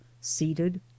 seated